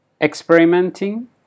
experimenting